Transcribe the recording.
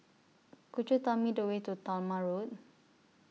Could YOU Tell Me The Way to Talma Road